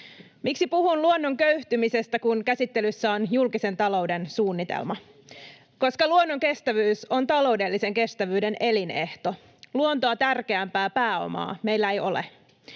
Miksi puhun luonnon köyhtymisestä, kun käsittelyssä on julkisen talouden suunnitelma? [Oikealta: Niinpä!] Koska luonnon kestävyys on taloudellisen kestävyyden elinehto. Luontoa tärkeämpää pääomaa meillä ei ole.